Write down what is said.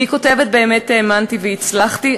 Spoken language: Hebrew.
והיא כותבת: באמת האמנתי והצלחתי,